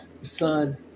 son